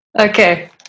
Okay